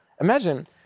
Imagine